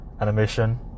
Animation